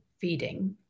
feeding